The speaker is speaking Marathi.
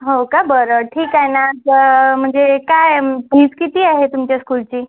हो का बरं ठीक आहे ना तर म्हणजे काय आहे फीज किती आहे तुमच्या स्कूलची